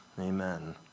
Amen